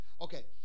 Okay